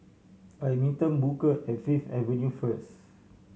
I meeting Booker at Fifth Avenue first